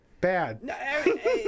Bad